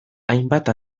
hainbat